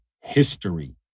history